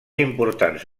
importants